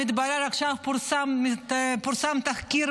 עכשיו פורסם תחקיר